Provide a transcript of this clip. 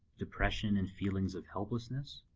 depression and feelings of helplessness,